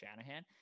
Shanahan